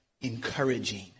encouraging